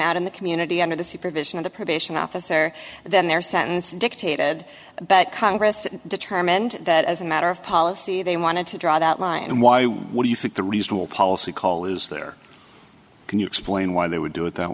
out in the community under the supervision of the probation officer than their sentence dictated but congress determined that as a matter of policy they wanted to draw that line and why what do you think the reasonable policy call is can you explain why they would do it that